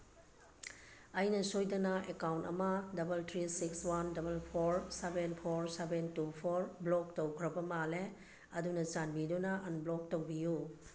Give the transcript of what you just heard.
ꯑꯩꯅ ꯁꯣꯏꯗꯅ ꯑꯦꯀꯥꯎꯟ ꯑꯃ double three six one double four seven four seven two four block ꯇꯧꯈ꯭ꯔꯕ ꯃꯥꯜꯂꯦ ꯑꯗꯨꯅ ꯆꯥꯟꯕꯤꯗꯨꯅ ꯑꯟꯕ꯭ꯂꯣꯛ ꯇꯧꯕꯤꯌꯨ